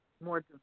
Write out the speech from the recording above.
more